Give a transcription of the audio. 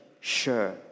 sure